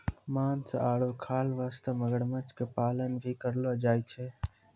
मांस आरो खाल वास्तॅ मगरमच्छ के पालन भी करलो जाय छै